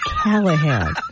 Callahan